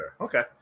Okay